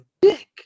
dick